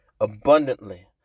abundantly